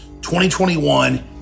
2021